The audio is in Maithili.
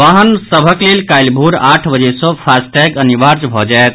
वाहन सभक लेल काल्हि भोर आठ बजे सँ फास्टैग अनिवार्य भऽ जायत